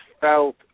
felt